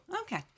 Okay